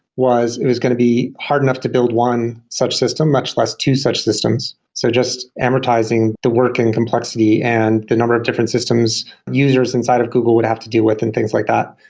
was it was going to be hard enough to build one such system, much less two such systems. so just amortizing the work and complexity and the number of different systems users inside of google would have to deal with and things like that.